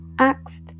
Asked